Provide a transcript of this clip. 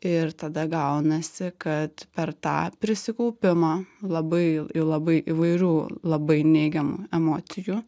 ir tada gaunasi kad per tą prisikaupimą labai labai įvairių labai neigiamų emocijų